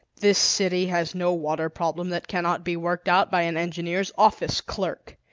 this city has no water problem that cannot be worked out by an engineer's office clerk.